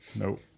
Nope